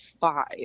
five